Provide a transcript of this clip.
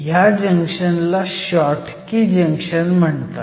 ह्या जंक्शनला Schottky junction म्हणतात